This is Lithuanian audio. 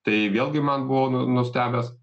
tai vėlgi man buvau nu nustebęs